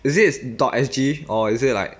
is it is dot S_G or is it like